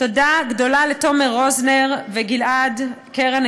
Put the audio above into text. תודה גדולה לתומר רוזנר ולגלעד קרן,